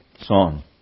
song